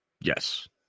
Yes